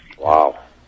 Wow